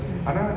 mm